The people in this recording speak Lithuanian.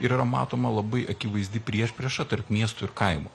ir yra matoma labai akivaizdi priešprieša tarp miestų ir kaimo